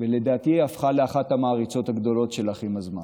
ולדעתי היא הפכה לאחת המעריצות הגדולות שלך עם הזמן.